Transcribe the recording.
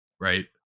right